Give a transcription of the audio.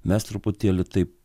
mes truputėlį taip